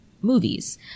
movies